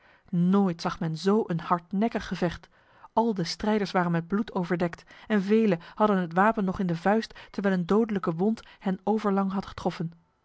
nooit zag men zo een hardnekkig gevecht al de strijders waren met bloed overdekt en vele hadden het wapen nog in de vuist terwijl een dodelijke wond hen overlang had getroffen